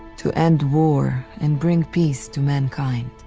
to end war and bring peace to mankind.